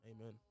Amen